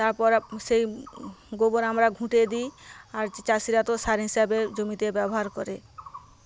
তারপর সেই গোবর আমরা ঘুঁটে দিই আর চাষিরা তো সার হিসাবে জমিতে ব্যবহার করে